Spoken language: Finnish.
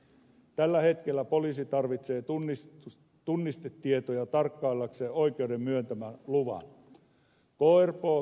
tällä hetkellä poliisi tarvitsee tunnistetietoja tarkkaillakseen oikeuden myöntämän luvan